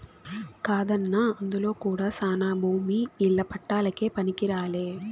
కాదన్నా అందులో కూడా శానా భూమి ఇల్ల పట్టాలకే పనికిరాలే